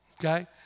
Okay